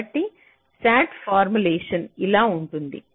కాబట్టి SAT formulation ఇలా ఉంటుంది